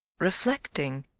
reflecting,